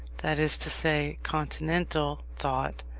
that is to say, continental, thought,